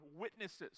witnesses